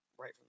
Right